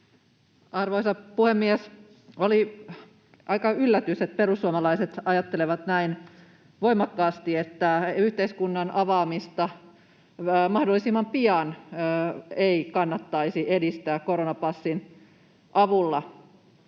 Arvoisa puhemies! Oli aika yllätys, että perussuomalaiset ajattelevat näin voimakkaasti, että yhteiskunnan avaamista mahdollisimman pian ei kannattaisi edistää koronapassin avulla.